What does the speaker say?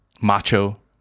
macho